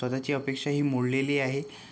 स्वतःची अपेक्षाही मोडलेली आहे